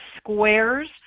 squares